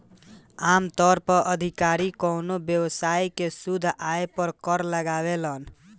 आमतौर पर अधिकारी कवनो व्यवसाय के शुद्ध आय पर कर लगावेलन